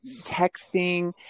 texting